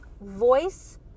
voice